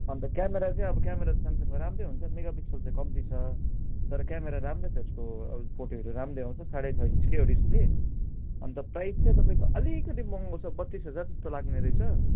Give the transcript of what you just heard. अन्त क्यामरा चाहिँ अब क्यामरा स्यामसङको राम्रै हुन्छ मेगा पिक्सल चाहिँ कम्ती छ तर क्यामरा राम्रो छ त्यसको अब फोटोहरू राम्रै आउँछ साढे छ इन्चकै हो डिस्प्ले अन्त प्राइस चाहिँ तपाईँको अलिकति महँगो छ बत्तिस हजार जस्तो लाग्नेरहेछ